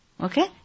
Okay